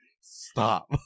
stop